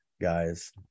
guys